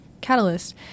catalyst